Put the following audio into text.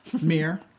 Mirror